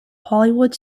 hollywood